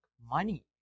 money